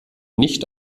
nicht